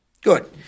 Good